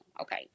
Okay